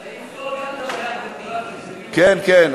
כן, כן.